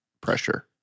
pressure